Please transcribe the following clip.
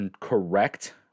correct